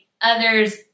others